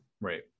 Right